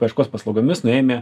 paieškos paslaugomis nuėjome